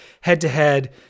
head-to-head